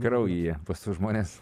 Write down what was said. kraujyje pas tuos žmones